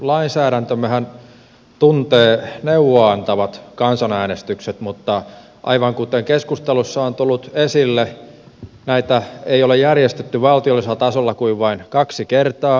meidän lainsäädäntömmehän tuntee neuvoa antavat kansanäänestykset mutta aivan kuten keskustelussa on tullut esille näitä ei ole järjestetty valtiollisella tasolla kuin vain kaksi kertaa